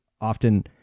often